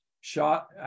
shot